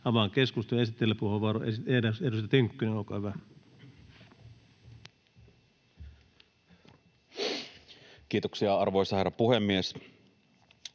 Avaan keskustelun. Esittelypuheenvuoro, edustaja Hopsu, olkaa hyvä. Arvoisa puhemies!